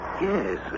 Yes